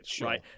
Right